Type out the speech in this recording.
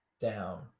down